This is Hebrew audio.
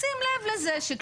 ההורים שלי הם הורים שכולים,